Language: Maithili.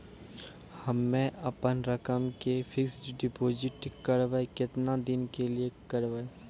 हम्मे अपन रकम के फिक्स्ड डिपोजिट करबऽ केतना दिन के लिए करबऽ?